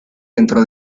dentro